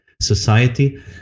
society